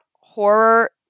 horror